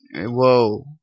Whoa